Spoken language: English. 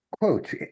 Quote